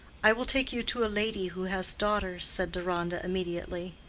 i will take you to a lady who has daughters, said deronda, immediately.